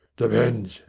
depends,